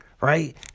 Right